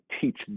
teach